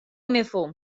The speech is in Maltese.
mifhum